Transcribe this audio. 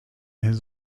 his